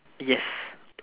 yes